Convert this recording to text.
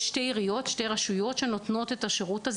יש שתי עיריות שנותנות את השירות הזה